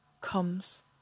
comes